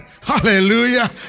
Hallelujah